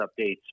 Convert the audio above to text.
updates